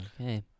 Okay